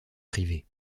privée